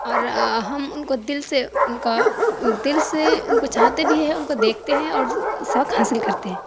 اور ہم ان کو دل سے ان کا دل سے ان کو چاہتے بھی ہیں ان کو دیکھتے ہیں اور سبق حاصل کرتے ہیں